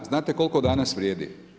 Znate koliko danas vrijedi?